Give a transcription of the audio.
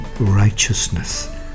righteousness